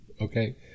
okay